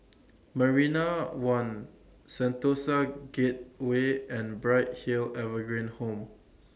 Marina one Sentosa Gateway and Bright Hill Evergreen Home